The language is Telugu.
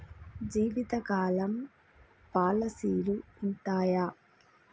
జీవితకాలం పాలసీలు ఉంటయా?